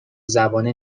زبانه